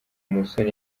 musoni